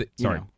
Sorry